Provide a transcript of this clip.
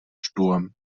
sturm